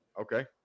Okay